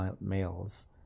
males